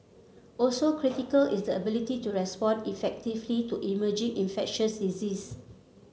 also critical is the ability to respond effectively to emerging infectious disease